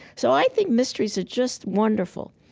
so i think mysteries are just wonderful.